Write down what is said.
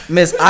Miss